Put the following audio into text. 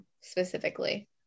specifically